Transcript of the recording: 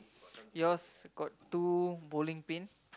yours got two bowling pin